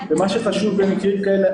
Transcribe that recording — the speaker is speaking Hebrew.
מה שחשוב במקרים כאלה,